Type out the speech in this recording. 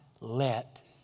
let